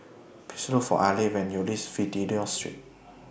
Please Look For Alek when YOU REACH Fidelio Street